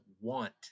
want